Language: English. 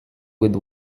with